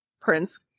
Prince